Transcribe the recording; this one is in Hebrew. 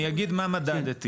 אני אגיד מה מדדתי.